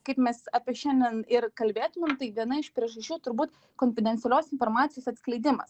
kaip mes apie šiandien ir kalbėtumėm tai viena iš priežasčių turbūt konfidencialios informacijos atskleidimas